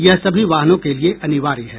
यह सभी वाहनों के लिए अनिवार्य है